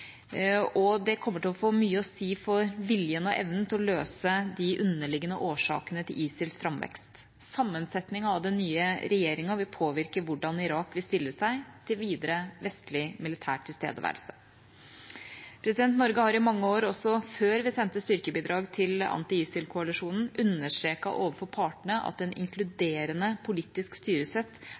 og det kommer til å få mye å si for viljen og evnen til å løse de underliggende årsakene til ISILs framvekst. Sammensetningen av den nye regjeringa vil påvirke hvordan Irak vil stille seg til videre vestlig militær tilstedeværelse. Norge har i mange år, også før vi sendte styrkebidrag til anti-ISIL-koalisjonen, understreket overfor partene at et inkluderende politisk styresett